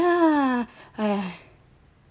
ya !aiya!